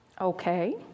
Okay